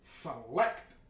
select